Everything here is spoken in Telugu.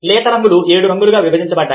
లేత రంగులు ఏడు రంగులుగా విభజించబడ్డాయి